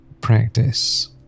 practice